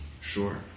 Sure